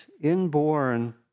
inborn